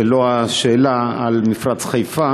זאת לא השאלה על מפרץ-חיפה,